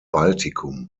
baltikum